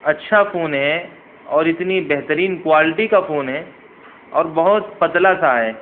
اچھا فون ہے اور اتنی بہترین کوالٹی کا فون ہے اور بہت پتلا سا ہے